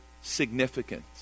significant